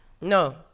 No